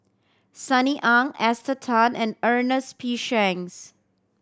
Sunny Ang Esther Tan and Ernest P Shanks